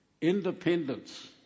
independence